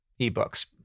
ebooks